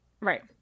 Right